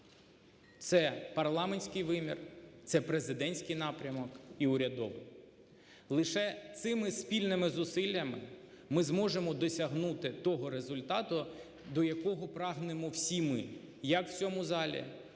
це парламентський вимір, це президентський напрямок і урядовий. Лише цими спільними зусиллями ми зможемо досягнути того результату, до якого прагнемо всі ми як в цьому залі,